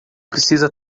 precisa